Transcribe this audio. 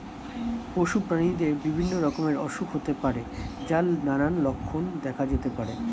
পশু প্রাণীদের বিভিন্ন রকমের অসুখ হতে পারে যার নানান লক্ষণ দেখা যেতে পারে